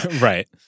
Right